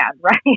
right